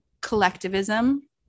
collectivism